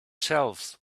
shelves